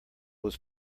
was